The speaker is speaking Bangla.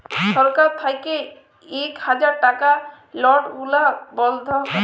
ছরকার থ্যাইকে ইক হাজার টাকার লট গুলা বল্ধ ক্যরে